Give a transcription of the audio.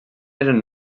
eren